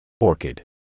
Orchid